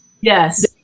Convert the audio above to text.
Yes